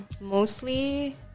Mostly